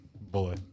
Boy